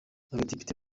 abadepite